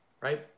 right